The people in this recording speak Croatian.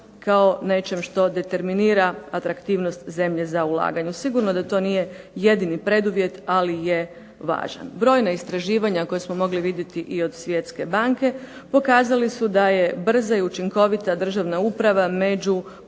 kao nečem što determinira atraktivnost zemlje za ulaganje. Sigurno da to nije jedini preduvjet ali je važan. Brojna istraživanja koja smo mogli vidjeti i od svjetske banke pokazali su da je brza i učinkovita državna uprava među